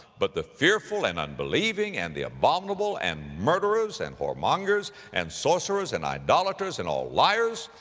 but the fearful, and unbelieving, and the abominable, and murderers, and whoremongers, and sorcerers, and idolaters, and all liars,